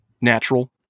natural